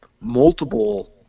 multiple